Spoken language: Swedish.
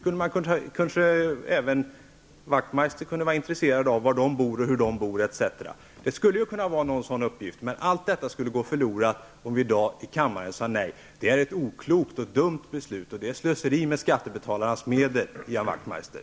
Även Ian Wachtmeister kunde kanske vara intresserad av att veta var och hur de bor. Det skulle kunna komma fram någon sådan uppgift. Men allt detta skulle gå förlorat om vi i dag sade nej i kammaren. Det vore ett oklokt och dumt beslut. Det vore slöseri med skattebetalarnas medel, Ian Wachtmeister.